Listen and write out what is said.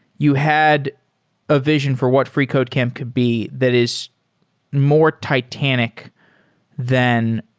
you had a vision for what freecodecamp could be that is more titanic than